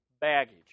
baggage